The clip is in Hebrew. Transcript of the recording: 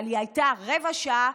אבל היא הייתה רבע שעה,